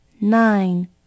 Nine